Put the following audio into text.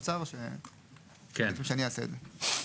או שאתם רוצים שאני אעשה את זה?